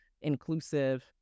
inclusive